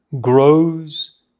grows